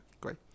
Great